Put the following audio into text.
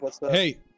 hey